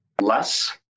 less